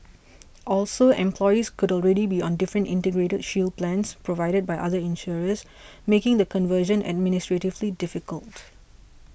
also employees could already be on different Integrated Shield plans provided by other insurers making the conversion administratively difficult